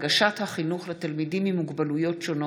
בנושא: הנגשת החינוך לתלמידים עם מוגבלויות שונות.